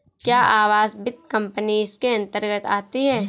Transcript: क्या आवास वित्त कंपनी इसके अन्तर्गत आती है?